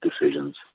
decisions